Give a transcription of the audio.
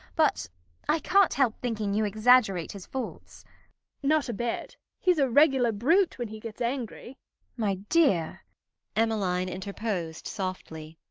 but i can't help thinking you exaggerate his faults not a bit. he's a regular brute when he gets angry my dear emmeline interposed softly,